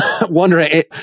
wondering